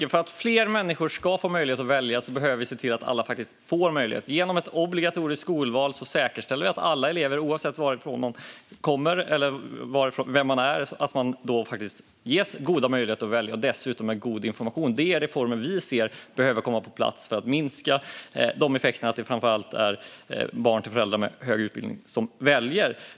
Fru talman! Vi behöver se till att alla får möjlighet att välja. Genom ett obligatoriskt skolval säkerställer vi att alla elever, oavsett varifrån de kommer eller vilka de är, ges goda möjligheter att välja. De får dessutom en god information. Det är reformer som vi anser behöver komma på plats för att minska effekten att det framför allt är barn till föräldrar med hög utbildning som väljer.